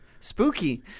Spooky